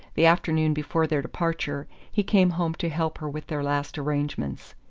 the afternoon before their departure, he came home to help her with their last arrangements.